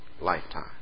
lifetime